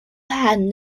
had